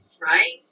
Right